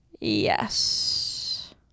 yes